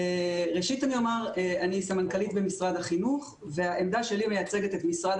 אני סמנכ"לית במשרד החינוך והעמדה שלי מייצגת את משרד